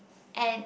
and